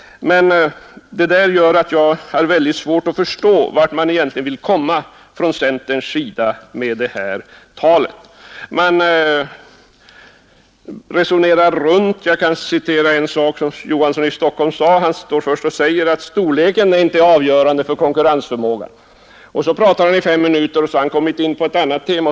Jag har alltså svårt att förstå vart centern egentligen vill komma med detta tal — man resonerar runt! Olof Johansson i Stockholm säger t.ex. först att storleken inte är avgörande för konkurrensförmågan. Därefter talar han i fem minuter och kommer in på ett annat tema.